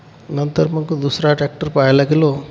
नंतर मग दुसरा ट्रॅक्टर पहायला गेलो